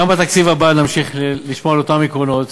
גם בתקציב הבא נמשיך לשמור על אותם עקרונות,